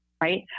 right